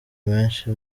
menshi